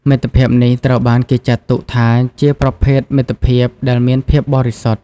មិត្តភាពនេះត្រូវបានគេចាត់ទុកថាជាប្រភេទមិត្តភាពដែលមានភាពបរិសុទ្ធ។